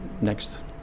next